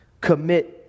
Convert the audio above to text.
Commit